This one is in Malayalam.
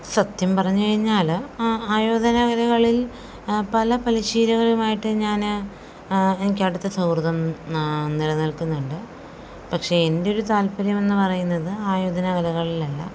സത്യം പറഞ്ഞു കഴിഞ്ഞാൽ ആ ആയോധന കലകളിൽ പല പരിശീലകരുമായിട്ട് ഞാൻ എനിക്കടുത്ത സൗഹൃദം നിലനിൽക്കുന്നുണ്ട് പക്ഷെ എൻ്റെയൊരു താല്പര്യം എന്നു പറയുന്നത് ആയോധന കലകളിലല്ല